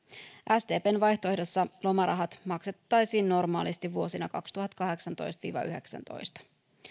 sdpn vaihtoehdossa lomarahat maksettaisiin normaalisti vuosina kaksituhattakahdeksantoista viiva yhdeksäntoista